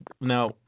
Now